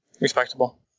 Respectable